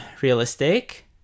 realistic